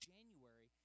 January